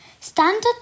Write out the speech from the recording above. Standard